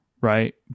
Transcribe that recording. right